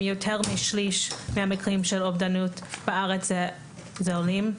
יותר משליש מהמקרים של אובדנות בארץ זה עולים.